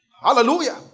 Hallelujah